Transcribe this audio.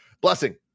Blessing